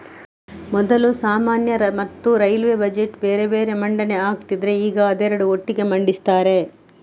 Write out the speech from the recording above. ಮೊದಲು ಸಾಮಾನ್ಯ ಮತ್ತೆ ರೈಲ್ವೇ ಬಜೆಟ್ ಬೇರೆ ಬೇರೆ ಮಂಡನೆ ಆಗ್ತಿದ್ರೆ ಈಗ ಅದೆರಡು ಒಟ್ಟಿಗೆ ಮಂಡಿಸ್ತಾರೆ